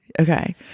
okay